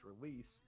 release